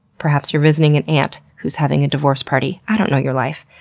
perhaps you're visiting an aunt who's having a divorce party. i don't know your life.